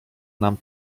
nam